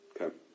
Okay